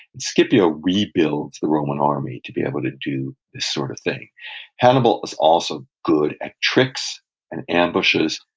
and scipio rebuilds the roman army to be able to do this sort of thing hannibal is also good at tricks and ambushes,